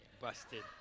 busted